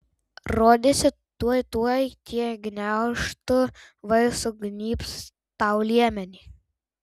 rodėsi tuoj tuoj tie gniaužtu vai sugnybs tau liemenį